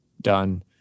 done